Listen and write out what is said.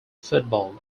football